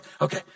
Okay